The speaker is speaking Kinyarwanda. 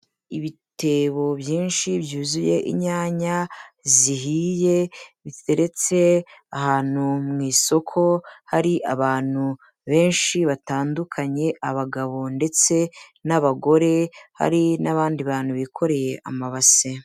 Ibitebo byinshi byuzuye inyanya zihiye ziteretse ahantu mu isoko hari abantu benshi batandukanye abagabo ndetse n'abagore hari n'abandi bantu bikoreye amabase.